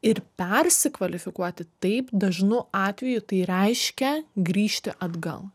ir persikvalifikuoti taip dažnu atveju tai reiškia grįžti atgal